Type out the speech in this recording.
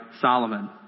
Solomon